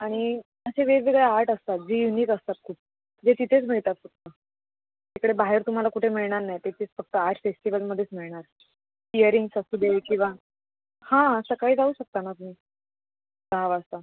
आणि असे वेगवेगळ्या आर्ट असतात जे युनिक असतात खूप जे तिथेच मिळतात फक्त इकडे बाहेर तुम्हाला कुठे मिळणार नाही तिथेच फक्त आर्ट फेश्टीवलमध्येच मिळणार इअरिंग्स असू दे किंवा हां सकाळी जाऊ शकता ना तुमी सहा वाजता